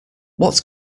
what